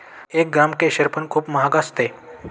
एक ग्राम केशर पण खूप महाग असते